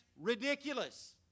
ridiculous